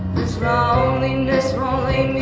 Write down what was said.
rolling this rolling